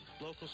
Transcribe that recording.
local